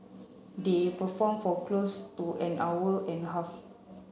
they performed for close to an hour and a half